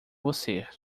você